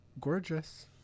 gorgeous